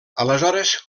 aleshores